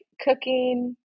cooking